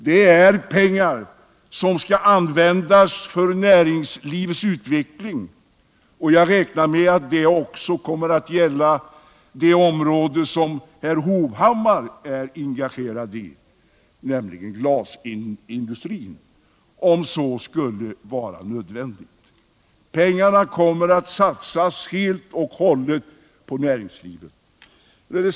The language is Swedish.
Det är pengar som skall användas för näringslivets utveckling, och jag räknar med att det också kommer att gälla det område som herr Hovhammar är engagerad i, nämligen glasindustrin, om så skulle vara nödvändigt. Pengarna kommer att satsas helt och hållet på näringslivet.